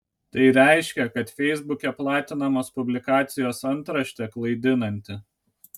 tai reiškia kad feisbuke platinamos publikacijos antraštė klaidinanti